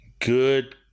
Good